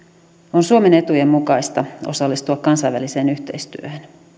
on suomen etujen mukaista osallistua kansainväliseen yhteistyöhön